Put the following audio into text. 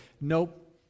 nope